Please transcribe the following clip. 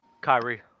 Kyrie